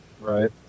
right